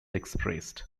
expressed